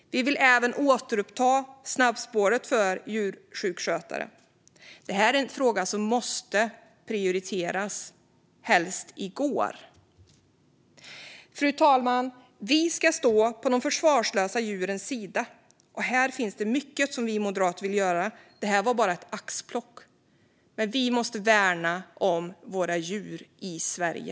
Vi vill även återuppta snabbspåret för djursjukskötare. Detta är en fråga som måste prioriteras, helst i går. Fru talman! Vi ska stå på de försvarslösa djurens sida. Här finns det mycket som vi moderater vill göra. Detta var bara ett axplock. Vi måste värna om våra djur i Sverige.